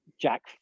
Jack